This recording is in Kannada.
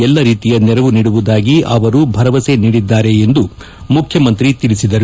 ಎಲ್ಲಾ ರೀತಿಯ ನೆರವು ನೀಡುವುದಾಗಿ ಅವರು ಭರವಸೆ ನೀಡಿದ್ದಾರೆ ಎಂದು ಮುಖ್ಯಮಂತ್ರಿ ತಿಳಿಸಿದರು